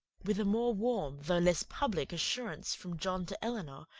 with a more warm, though less public, assurance, from john to elinor,